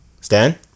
Stan